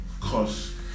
cause